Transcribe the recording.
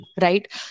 right